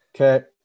Okay